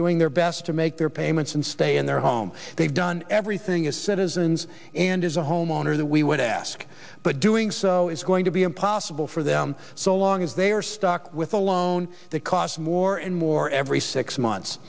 their best to make their payments and stay in their home they've done everything as citizens and as a homeowner that we would ask but doing so is going to be impossible for them so long as they are stuck with a loan that cost more and more every six months